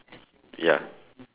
ya